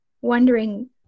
wondering